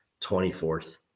24th